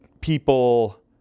people